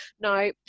No